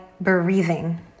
breathing